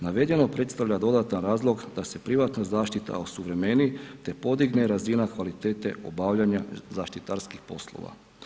Navedeno predstavlja dodatan razlog da se privatna zaštita osuvremeni, te podigne razina kvalitete obavljanja zaštitarskih poslova.